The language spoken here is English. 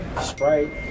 Sprite